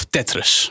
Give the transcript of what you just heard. Tetris